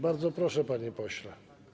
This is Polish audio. Bardzo proszę, panie pośle.